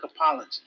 apology